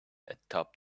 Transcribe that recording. atop